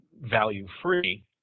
value-free